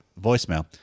voicemail